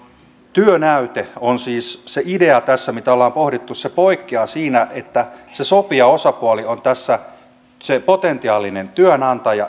työnäyte on siis se idea tässä mitä ollaan pohdittu se poikkeaa siinä että ne sopijaosapuolet ovat tässä potentiaalinen